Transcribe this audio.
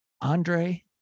Andre